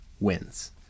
wins